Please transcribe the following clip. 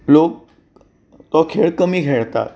लोक हो खेळ कमी खेळटा